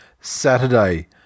Saturday